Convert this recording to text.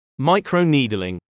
Microneedling